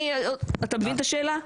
אתה מבין את השאלה?